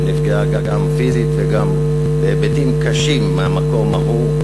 שנפגעה גם פיזית וגם בהיבטים קשים מהמקום ההוא.